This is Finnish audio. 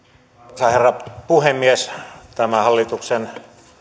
arvoisa herra puhemies tämä hallituksen